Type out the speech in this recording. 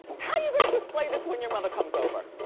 how you gonna display this when your mother comes over?